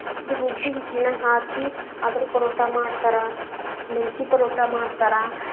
ಅದು ರುಬ್ಬಿ ಹಿಟ್ಟಿನ ಹಾಕಿ ಅದರ ಪರೋಟಾ ಮಾಡ್ತಾರೆ ಮೆಂತೆ ಪರೋಟಾ ಮಾಡ್ತಾರೆ